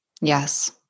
Yes